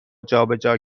جابجا